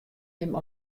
him